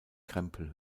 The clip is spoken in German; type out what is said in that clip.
krempel